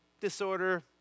disorder